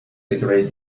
decorate